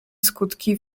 skutki